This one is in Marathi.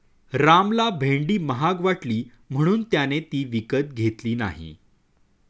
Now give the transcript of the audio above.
रामला भेंडी महाग वाटली म्हणून त्याने ती विकत घेतली नाही